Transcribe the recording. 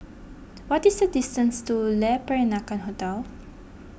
what is the distance to Le Peranakan Hotel